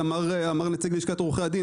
אמר נציג לשכת עורכי הדין,